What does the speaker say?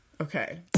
Okay